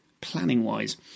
planning-wise